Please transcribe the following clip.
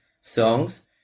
songs